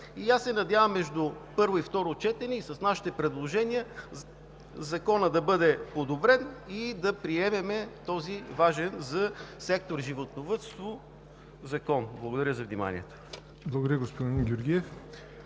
важен. Надявам се между първо и второ четене с нашите предложения Законът да бъде подобрен и да приемем този важен за сектор „Животновъдство“ закон. Благодаря за вниманието.